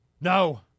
No